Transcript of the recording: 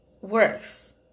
works